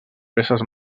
peces